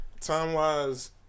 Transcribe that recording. Time-wise